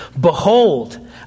Behold